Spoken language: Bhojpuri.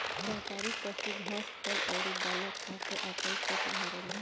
शाकाहारी पशु घास, फल अउरी दाना खा के आपन पेट भरेले